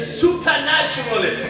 supernaturally